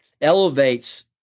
elevates